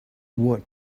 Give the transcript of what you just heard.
what